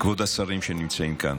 כבוד השרים שנמצאים כאן,